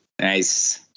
Nice